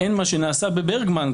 מעין מה שנעשה בברגמן.